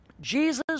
Jesus